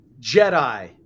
Jedi